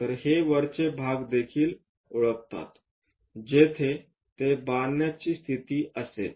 तर हे वरचे भागदेखील ओळखतात जेथे ते बांधण्याची स्थिती असेल